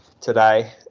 today